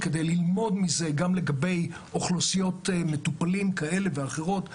כדי ללמוד מזה גם לגבי אוכלוסיות מטופלים כאלה ואחרות.